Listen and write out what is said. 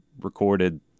recorded